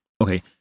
okay